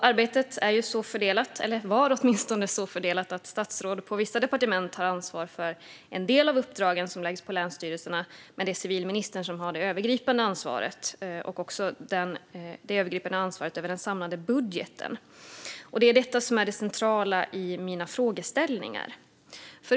Arbetet är ju så fördelat, eller var det åtminstone, att statsråd på vissa departement har ansvar för en del av uppdragen som läggs på länsstyrelserna men att civilministern har det övergripande ansvaret och också ansvaret över den samlade budgeten. Det är detta som är det centrala i mina frågeställningar.